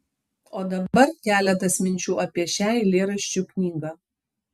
o dabar keletas minčių apie šią eilėraščių knygą